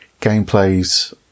gameplays